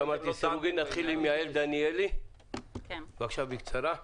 יעל דניאלי, בבקשה.